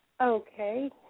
Okay